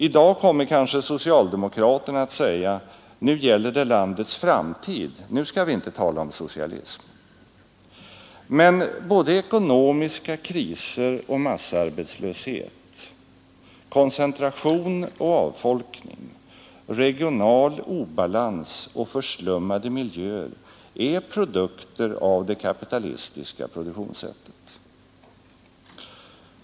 I dag kommer kanske socialdemokraterna att säga: ”Nu gäller det landets framtid, nu skall vi inte tala om socialism.” Men både ekonomiska kriser och massarbetslöshet, koncentration och avfolkning, regional obalans och förslummade miljöer är produkter av det kapitalistiska produktionssättet.